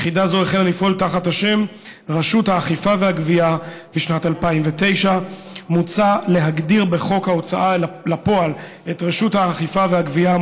יחידה זו החלה לפעול תחת השם רשות האכיפה והגבייה בשנת 2009. מוצע להגדיר בחוק ההוצאה לפועל את רשות האכיפה והגבייה,